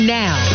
now